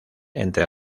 entre